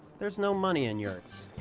there's no money in yurts.